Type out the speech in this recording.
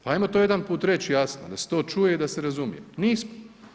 Ajmo to jedan put reći jasno da se to čuje i da se razumije, nismo.